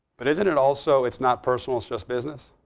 but isn't it also it's not personal, it's just business?